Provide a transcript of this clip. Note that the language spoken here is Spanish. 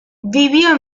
vivió